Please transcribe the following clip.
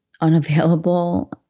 unavailable